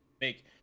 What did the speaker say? make